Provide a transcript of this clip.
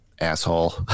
asshole